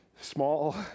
small